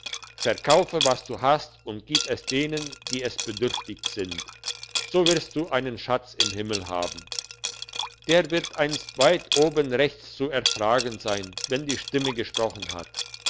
verkaufe was du hast und gib es denen die es bedürftig sind so wirst du einen schatz im himmel haben der wird einst weit oben rechts zu erfragen sein wenn die stimme gesprochen hat